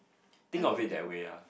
think of it that way lah